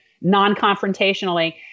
non-confrontationally